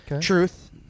Truth